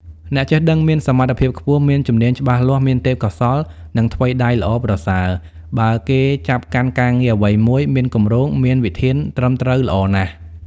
អ្នកចេះដឹងមានសមត្ថភាពខ្ពស់ មានជំនាញច្បាស់លាស់ មានទេពកោសល្យ និងថ្វីដៃល្អប្រសើរ បើគេចាប់កាន់ការងារអ្វីមួយ មានគម្រោង មានវិធានត្រឹមត្រូវល្អណាស់ ។